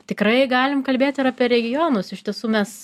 tikrai galim kalbėt ir apie regionus iš tiesų mes